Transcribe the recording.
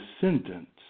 descendants